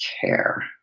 care